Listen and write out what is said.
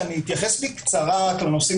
אני אתייחס רק במשפט אחד לנושא